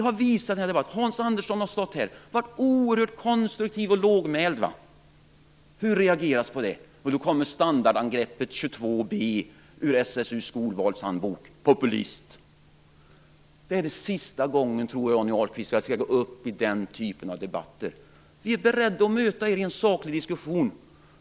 Hans Andersson har stått här och varit oerhört konstruktiv och lågmäld. Hur reagerar man på det? Jo, då kommer standardangreppet 22 b ur SSU:s skolvalshandbok: Populist! Jag tror att det är sista gången, Johnny Ahlqvist, som jag skall gå upp i den typen av debatter. Vi är beredda att möta er i en saklig diskussion.